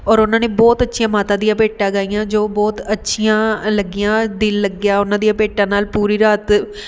ਔਰ ਉਹਨਾਂ ਨੇ ਬਹੁਤ ਅੱਛੀਆਂ ਮਾਤਾ ਦੀਆਂ ਭੇਟਾਂ ਗਾਈਆਂ ਜੋ ਬਹੁਤ ਅੱਛੀਆਂ ਲੱਗੀਆਂ ਦਿਲ ਲੱਗਿਆ ਉਹਨਾਂ ਦੀਆਂ ਭੇਟਾਂ ਨਾਲ ਪੂਰੀ ਰਾਤ